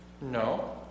No